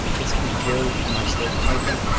it's a very nice look, i think.